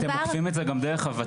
אתם עוקפים את זה גם דרך הות"ל.